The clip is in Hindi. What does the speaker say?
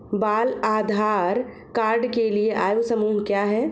बाल आधार कार्ड के लिए आयु समूह क्या है?